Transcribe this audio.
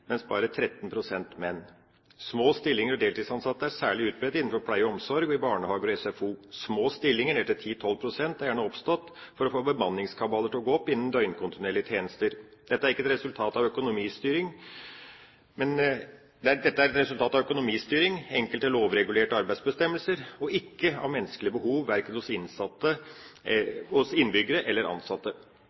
bare 13 pst. menn. Små stillinger og deltidsansatte er særlig utbredt innenfor pleie og omsorg, i barnehager og i SFO. Små stillinger ned til 10–12 pst. er gjerne oppstått for å få bemanningskabaler til å gå opp innen døgnkontinuerlige tjenester. Dette er et resultat av økonomistyring og enkelte lovregulerte arbeidsbestemmelser, ikke av menneskelige behov, verken hos innbyggere eller ansatte.